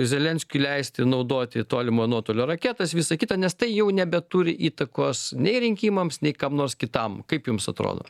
zelenskiui leisti naudoti tolimo nuotolio raketas visa kita nes tai jau nebeturi įtakos nei rinkimams nei kam nors kitam kaip jums atrodo